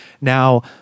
now